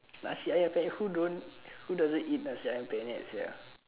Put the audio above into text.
nasi ayam penyet who don't who doesn't eat nasi ayam penyet sia